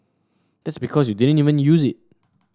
that's because you didn't even use it